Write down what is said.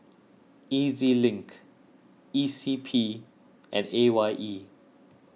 E Z Link E C P and A Y E